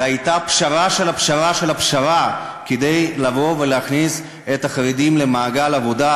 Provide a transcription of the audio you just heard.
היה הפשרה של הפשרה של הפשרה כדי לבוא ולהכניס את החרדים למעגל העבודה,